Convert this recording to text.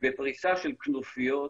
בפריסה של כנופיות,